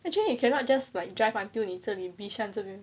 actually you cannot just like drive until 你这里 bishan 这边